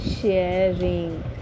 sharing